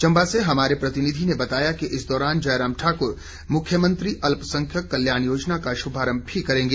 चम्बा से हमारे प्रतिनिधि ने बताया कि इस दौरान जयराम ठाक्र मुख्यमंत्री अल्पसंख्यक कल्याण योजना का शुभारंभ भी करेंगे